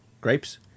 Grapes